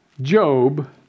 Job